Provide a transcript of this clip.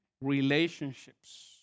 relationships